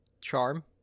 charm